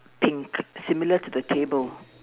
pink similar to the table